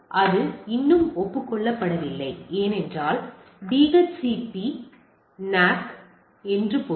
அது இன்னும் ஒப்புக்கொள்ளப்படவில்லை என்றால் அது DHCPNACK என்று பொருள்